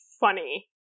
funny